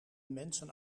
mensen